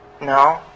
No